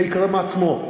זה יקרה מעצמו.